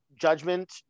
judgment